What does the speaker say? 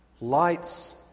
Lights